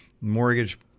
mortgage